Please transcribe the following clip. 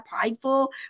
prideful